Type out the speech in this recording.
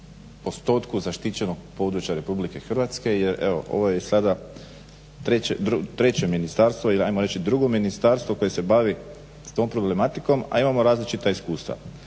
postotku zaštićenog područja RH jer evo ovo je sada treće ministarstvo ili ajmo reći drugo ministarstvo koje se bavi tom problematikom, a imamo različita iskustva.